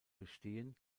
bestehen